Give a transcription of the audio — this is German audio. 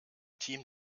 team